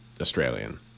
Australian